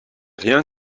rien